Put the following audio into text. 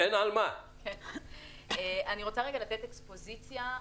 אני רוצה לתת אקספוזיציה,